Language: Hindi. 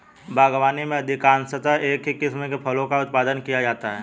बागवानी में अधिकांशतः एक ही किस्म के फलों का उत्पादन किया जाता है